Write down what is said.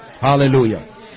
Hallelujah